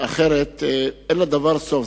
אחרת, אין לדבר סוף.